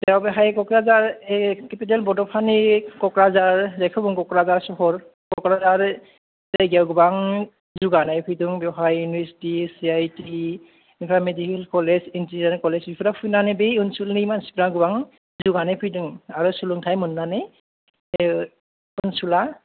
बेयाव बेहाय क'क्राझार केपिटेल बड'फानि क'क्राझार जायखौ बुङो क'क्राझार सहर क'क्राझार जायगायाव गोबां जौगानाय फैदों बाहाय सि आइ टि आमफ्राय मेडिकेल कलेज इन्जिनियारिं कलेज बे ओनसोलनि मासिफोरा गोबां जौगानाय फैदों आरो सोलोंथाय मोननानो बे ओनसोला